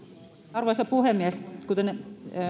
arvoisa puhemies kuten